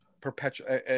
perpetual